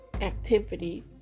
activity